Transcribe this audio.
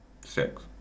Six